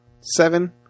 seven